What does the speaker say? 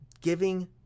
giving